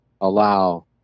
allow